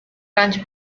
ranch